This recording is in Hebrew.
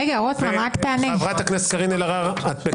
מכירים בכך שהכנסת לא אמורה להחליט על כך